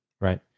Right